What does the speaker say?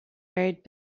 married